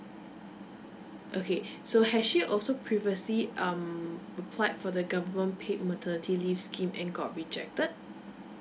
okay so has she also previously um applied for the government paid maternity leave scheme and got rejected